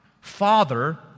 father